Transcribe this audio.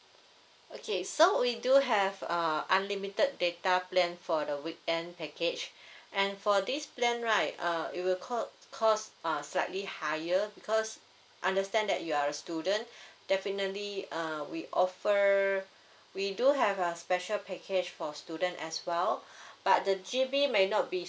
okay so we do have uh unlimited data plan for the weekend package and for this plan right uh it will cost cost uh slightly higher because understand that you are a student definitely uh we offer we do have a special package for student as well but the G_B my not be